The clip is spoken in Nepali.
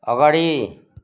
अगाडि